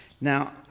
Now